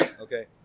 Okay